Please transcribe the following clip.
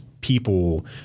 people